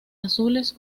azules